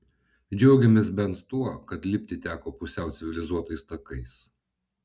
džiaugėmės bent tuo kad lipti teko pusiau civilizuotais takais